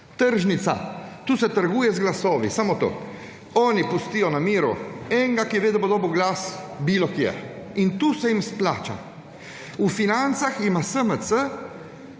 Tržnica. Tu se trguje z glasovi, samo to. Oni pustijo na miru enega, ki ve da bo dobil glas bilo kje. In to se jim izplača. V financah ima SMC,